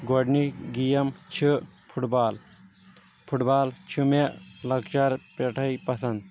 گۄڈنیِچ game چھِ football football چھِ مےٚ لکچارٕ پٮ۪ٹھے پسنٛد